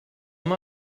him